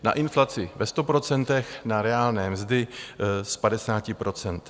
Na inflaci ve 100 procentech, na reálné mzdy z 50 procent.